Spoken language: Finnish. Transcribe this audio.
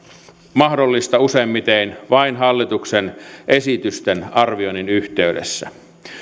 mahdollista useimmiten vain hallituksen esitysten arvioinnin yhteydessä